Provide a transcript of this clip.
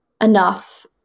enough